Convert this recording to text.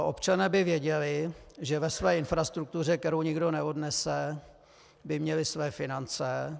Občané by věděli, že ve své infrastruktuře, kterou nikdo neodnese, by měli své finance.